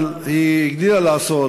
גילה גמליאל,